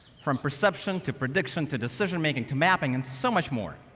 from perception to prediction to decision-making to mapping, and so much more.